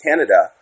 Canada